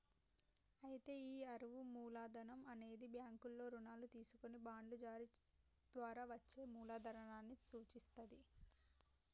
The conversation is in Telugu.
అయితే ఈ అరువు మూలధనం అనేది బ్యాంకుల్లో రుణాలు తీసుకొని బాండ్లు జారీ ద్వారా వచ్చే మూలదనాన్ని సూచిత్తది